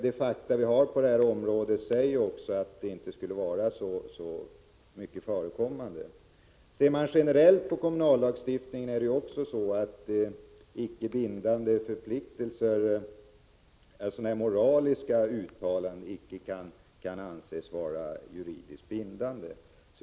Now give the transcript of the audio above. De fakta som vi har på detta område säger också att avsiktsförklaringar inte skulle vara så ofta förekommande. Om man ser generellt på kommunallagstiftningen är det också så, att icke bindande förpliktelser, moraliska uttalanden, inte kan anses vara juridiskt bindande.